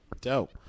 Dope